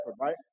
right